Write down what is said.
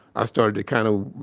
i started to kind of,